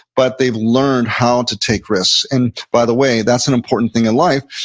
but they've learned how to take risks. and by the way, that's an important thing in life,